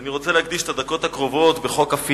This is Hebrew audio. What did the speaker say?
ואני רוצה להקדיש את הדקות הקרובות של הדיון בחוק הפיננסי